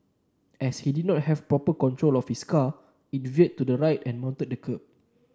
as he did not have proper control of his car it veered to the right and mounted the kerb